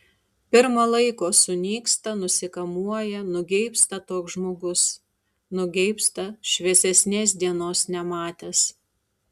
pirma laiko sunyksta nusikamuoja nugeibsta toks žmogus nugeibsta šviesesnės dienos nematęs